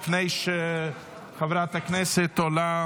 לפני שחברת הכנסת עולה